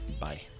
Bye